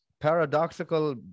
paradoxical